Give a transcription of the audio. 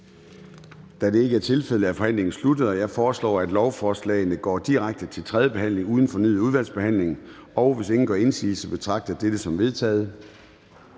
Da det ikke er tilfældet, er forhandlingen sluttet. Jeg foreslår, at lovforslagene går direkte til tredje behandling uden fornyet udvalgsbehandling. Og hvis ingen gør indsigelse, betragter jeg dette som vedtaget.